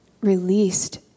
released